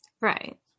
Right